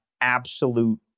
absolute